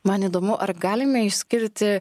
man įdomu ar galime išskirti